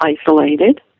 isolated